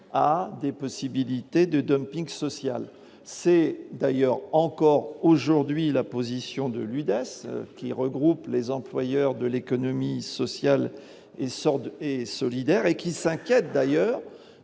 à des possibilités de dumping social c'est d'ailleurs encore aujourd'hui la position de l'UdeS qui regroupe les employeurs de l'économie sociale et sort et solidaire et qui s'inquiètent d'ailleurs